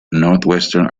northwestern